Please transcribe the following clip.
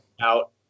out